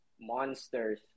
monsters